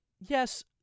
Yes